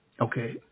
Okay